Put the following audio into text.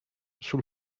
sul